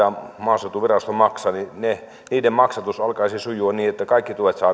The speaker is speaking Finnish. maaseutuvirasto maksaa maksatus alkaisi sujua niin että saadaan kaikki tuet